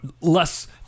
less